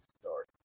start